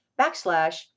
backslash